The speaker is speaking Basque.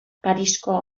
parisko